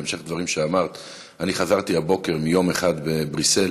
בהמשך לדברים שאמרת: אני חזרתי הבוקר מיום אחד בבריסל,